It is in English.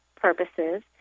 purposes